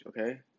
okay